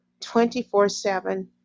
24-7